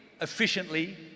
efficiently